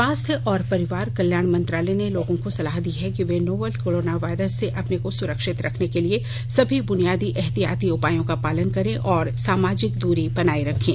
स्वास्थ्य और परिवार कल्याण मंत्रालय ने लोगों को सलाह दी है कि वे नोवल कोरोना वायरस से अपने को सुरक्षित रखने के लिए सभी बुनियादी एहतियाती उपायों का पालन करें और सामाजिक दूरी बनाए रखें